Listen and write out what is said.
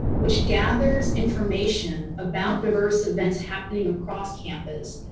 which gathers information about diverse events happening across campus,